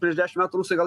prieš dešim metų rusai gal